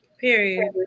Period